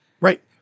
Right